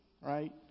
right